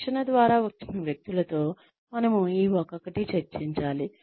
శిక్షణ ద్వారా వచ్చిన వ్యక్తులతో మనము ఈ ఒక్కొక్కటి చర్చించాలి